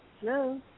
Hello